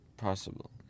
Possible